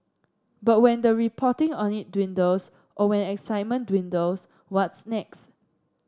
but when the reporting on it dwindles or when excitement dwindles what's next